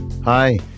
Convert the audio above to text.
Hi